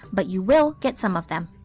but you will get some of them.